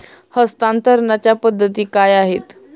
हस्तांतरणाच्या पद्धती काय आहेत?